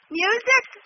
music